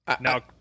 Now